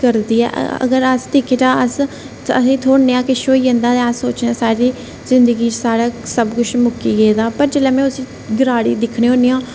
करदी ऐ अगर अस दिक्खेआ जा अस असें थोह्ड़ा नेहा किश होई जंदा ऐ अस सोचने आं कि जिंदगी च साढ़ा सब किश मुक्की गेदा पर जेल्लै में उसी गराड़ी गी दिक्खनी होन्नी आं